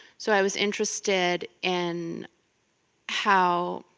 so i was interested in how.